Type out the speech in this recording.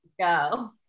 Go